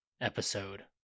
episode